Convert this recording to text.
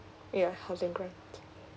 yeah housing grant